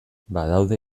badaude